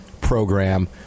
program